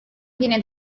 viene